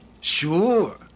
Sure